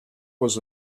was